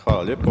Hvala lijepo.